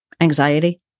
anxiety